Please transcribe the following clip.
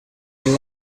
been